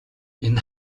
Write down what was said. энэ